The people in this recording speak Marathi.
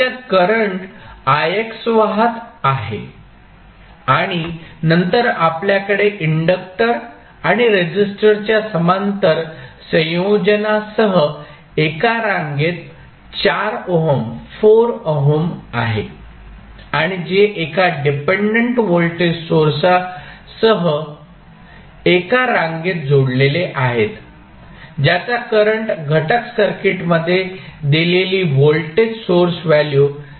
ज्याच्यात करंट ix वाहत आहे आणि नंतर आपल्याकडे इंडक्टर आणि रेसिस्टरच्या समांतर संयोजनासह एका रांगेत 4 ओहम आहे आणि जे एका डिपेंडंट व्होल्टेज सोर्सा सह एका रांगेत जोडलेले आहेत ज्याचा करंट घटक सर्किटमध्ये दिलेली व्होल्टेज सोर्स व्हॅल्यू 3